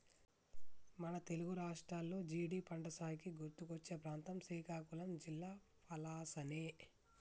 మన తెలుగు రాష్ట్రాల్లో జీడి పంటసాగుకి గుర్తుకొచ్చే ప్రాంతం శ్రీకాకుళం జిల్లా పలాసనే